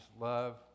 love